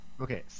okay